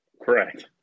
Correct